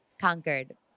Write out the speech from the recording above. conquered